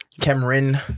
Cameron